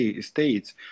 states